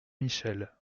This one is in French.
michel